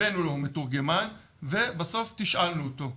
הבאנו לו מתורגמן ובסוף תשאלנו אותו.